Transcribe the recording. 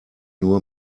nur